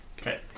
Okay